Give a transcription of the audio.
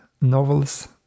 novels